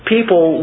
People